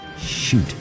Shoot